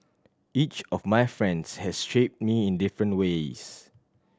each of my friends has shaped me in different ways